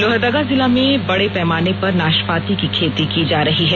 लोहरदगा जिला में बडे पैमाने पर नाशपाती की खेती की जा रही है